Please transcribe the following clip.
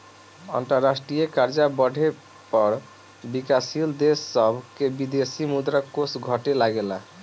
अंतरराष्ट्रीय कर्जा बढ़े पर विकाशील देश सभ के विदेशी मुद्रा कोष घटे लगेला